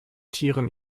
tieren